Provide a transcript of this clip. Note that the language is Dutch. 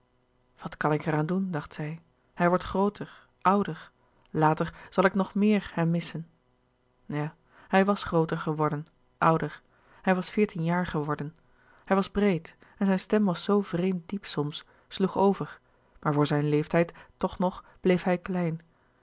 wat kan ik er aan doen dacht zij hij wordt grooter ouder later zal ik nog meer hem missen ja hij was grooter geworden ouder hij was veertien jaar geworden hij was breed en zijn stem was zoo vreemd diep soms sloeg over maar voor zijn leeftijd toch nog bleef hij klein